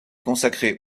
consacrée